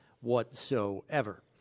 whatsoever